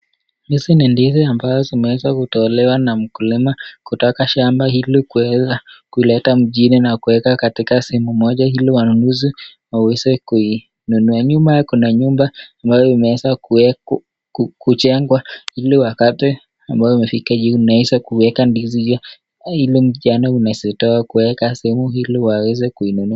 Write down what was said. Hizi ni ndizi ambazo zimeweza kutolewa na mkulima kutoka shamba ili kuweza kuleta mjini na kuweza kuweka katika sehemu moja ili wanunuzi waweze kuinunua. Nyuma Kuna nyumba inaweza kujengwa ili wapate mahali wanaweza kuweka ndizi hizi